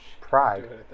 Pride